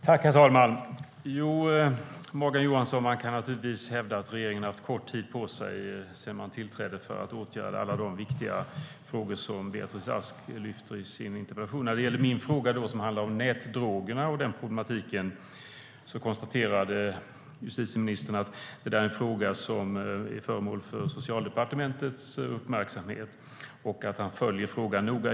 Herr talman! Ja, Morgan Johansson, man kan naturligtvis hävda att regeringen har haft kort tid på sig sedan tillträdet för att åtgärda alla de viktiga frågor som Beatrice Ask lyfter fram i sin interpellation. När det gäller problematiken med nätdrogerna, som jag frågade om, konstaterade justitieministern att det är en fråga som är föremål för Socialdepartementets uppmärksamhet och att han följer den noga.